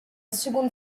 seconde